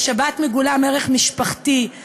בשבת מגולם ערך משפחתי,